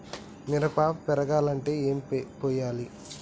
మిరప పెరగాలంటే ఏం పోయాలి?